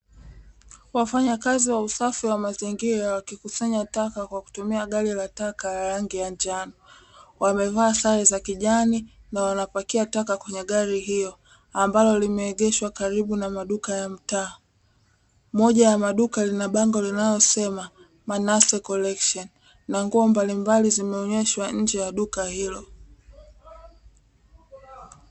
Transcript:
Wafanyakazi wa usafi wa mazingira wakikusanya taka kwa kutumia gari la taka la rangi ya njano. Wamevaa sare za kijani na wanapokea taka kwenye gari hilo ambalo limeegeshwa karibu na maduka ya mtaa. Moja ya maduka lina bango linalosema "MANASSE COLLECTION", na nguo mbalimbali zimeonyeshwa nje ya duka hilo.